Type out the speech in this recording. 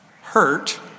hurt